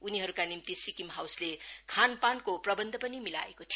उनीहरूका निम्ति सिक्किम हाउसले खानपानको प्रबन्ध पनि मिलाएको थियो